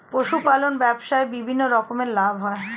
পশুপালন ব্যবসায় বিভিন্ন রকমের লাভ হয়